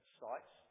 sites